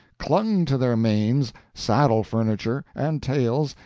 clung to their manes, saddle-furniture, and tails,